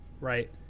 right